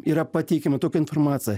yra pateikiama tokia informacija